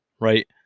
right